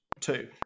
two